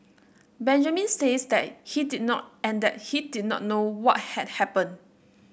Benjamin says that he did not and that he did not know what had happened